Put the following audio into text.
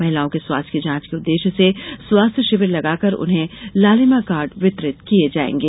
महिलाओं के स्वास्थ्य की जांच के उद्देश्य से स्वास्थ्य शिविर लगाकर उन्हें लालिमा कार्ड वितरित किये जायेंगे